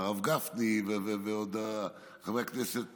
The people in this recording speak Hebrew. הרב גפני ועוד, חברי הכנסת